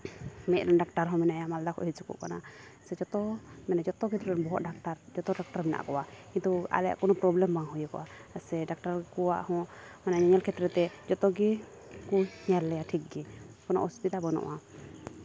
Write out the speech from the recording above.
ᱢᱮᱫ ᱨᱮᱱ ᱰᱟᱠᱛᱟᱨ ᱦᱚᱸ ᱢᱮᱱᱟᱭᱟ ᱢᱟᱞᱫᱟ ᱠᱷᱚᱱ ᱦᱤᱡᱩᱜᱚ ᱠᱟᱱᱟᱭ ᱥᱮ ᱡᱚᱛᱚ ᱢᱟᱱᱮ ᱡᱚᱛᱚ ᱠᱷᱮᱛᱨᱮ ᱨᱮᱱ ᱵᱚᱦᱚᱜ ᱰᱟᱠᱛᱟᱨ ᱡᱷᱚᱛᱚ ᱰᱟᱠᱛᱟᱨ ᱢᱮᱱᱟᱜ ᱠᱚᱣᱟ ᱠᱤᱱᱛᱩ ᱟᱞᱮᱭᱟᱜ ᱠᱳᱱᱳ ᱯᱨᱚᱵᱞᱮᱢ ᱵᱟᱝ ᱦᱩᱭᱩᱜᱚᱜᱼᱟ ᱥᱮ ᱰᱟᱠᱴᱟᱨ ᱠᱚᱣᱟᱜ ᱦᱚᱸ ᱢᱟᱱᱮ ᱧᱮᱧᱮᱞ ᱠᱷᱮᱛᱨᱮ ᱛᱮ ᱡᱚᱛᱚ ᱜᱮ ᱠᱚ ᱧᱮᱞ ᱞᱮᱭᱟ ᱴᱷᱤᱠ ᱜᱮ ᱠᱳᱱᱳ ᱚᱥᱩᱵᱤᱫᱟ ᱵᱟᱹᱱᱩᱜᱼᱟ